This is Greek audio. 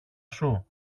σου